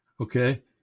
okay